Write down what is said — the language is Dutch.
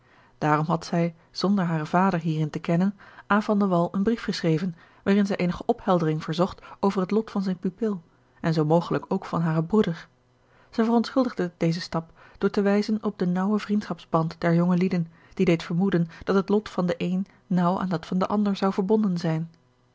daarom had zij zonder haren vader hierin te kennen aan van de wall een brief geschreven waarin zij eenige opheldering verzocht over het lot van zijn pupil en zoo mogelijk ook van haren broeder zij verontschuldigde dezen stap door te wijzen op den naauwen vriendschapsband der jongelieden die deed vermoeden dat het lot van den een naauw aan dat van den ander zou verbonden zijn